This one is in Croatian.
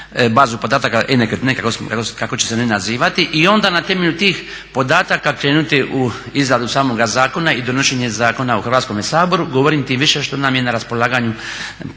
bazu podataka, e-nekretnine kako će se one nazivati i onda na temelju tih podataka krenuti u izradu samoga zakona i donošenje zakona u Hrvatskome saboru. Govorim tim više što nam je na raspolaganju jedan akt